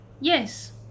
Yes